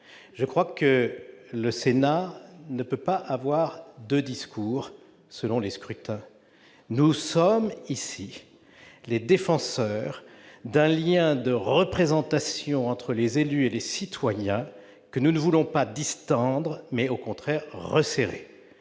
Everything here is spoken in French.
Bonhomme. Le Sénat ne peut pas tenir deux discours selon les scrutins. Nous sommes ici les défenseurs d'un lien de représentation entre les élus et les citoyens, lien que nous voulons non pas distendre mais resserrer.